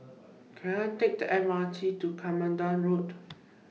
Can I Take The M R T to Katmandu Road